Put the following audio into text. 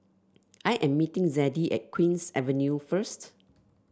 I am meeting Zadie at Queen's Avenue first